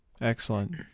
Excellent